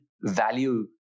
value